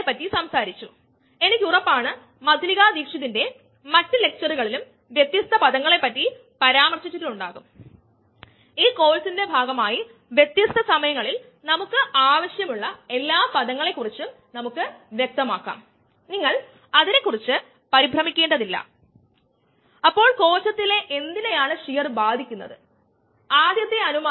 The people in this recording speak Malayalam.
അതിനാൽ നമുക്ക് താല്പര്യം ഉള്ള മൂല്യം ലഭിക്കാൻ അതായത് മാസ് പെർ ടൈംനമുക്ക് ഇരുവശവും സിസ്റ്റത്തിന്റെ വോളിയം കൊണ്ട് ഗുണിക്കേണ്ടതുണ്ട് കാരണം ഇത് ഒരു വോള്യൂമെട്രിക് അടിസ്ഥാനത്തിലാണ് നമ്മൾ നോക്കുന്നത് ഒരു മാസ് അടിസ്ഥാനത്തിലാണ്